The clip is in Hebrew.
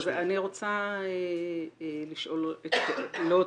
אני רוצה לשאול לא אותך,